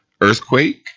earthquake